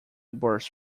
burst